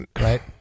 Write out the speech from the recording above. right